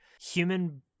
human